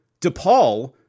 DePaul